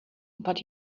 but